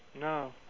No